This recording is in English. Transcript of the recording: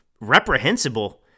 reprehensible